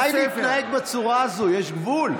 די להתנהג בצורה הזאת, יש גבול.